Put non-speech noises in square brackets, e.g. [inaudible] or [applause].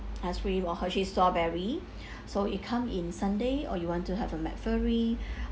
ice cream or hershey strawberry [breath] so it come in sundae or you want to have a mac flurry